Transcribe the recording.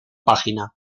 página